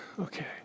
Okay